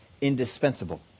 indispensable